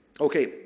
okay